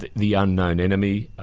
the the unknown enemy.